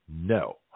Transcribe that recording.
No